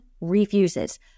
refuses